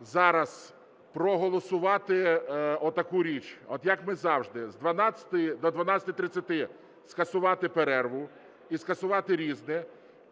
зараз проголосувати отаку річ. От як ми завжди, з 12-ї до 12:30 скасувати перерву і скасувати "Різне"…